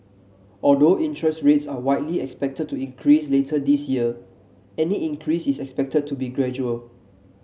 although interest rates are widely expected to increase later this year any increase is expected to be gradual